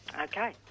Okay